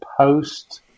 post